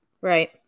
Right